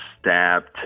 stabbed